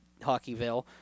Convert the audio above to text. Hockeyville